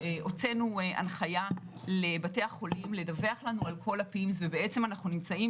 הוצאנו הנחיה לבתי החולים לדווח לנו על כל ה-PIMS ובעצם אנו נמצאים